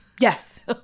Yes